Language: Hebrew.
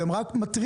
הם רק מתריעים.